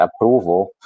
approval